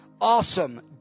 awesome